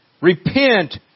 repent